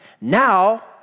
Now